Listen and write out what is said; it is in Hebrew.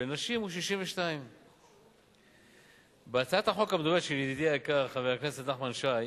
ולנשים הוא 62. בהצעת החוק המדוברת של ידידי היקר חבר הכנסת נחמן שי,